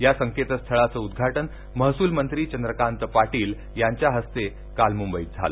या संकेतस्थळाचं उद्घाटन महसूलमंत्री चंद्रकांत पाटील यांच्या हस्ते काल मुंबईत झालं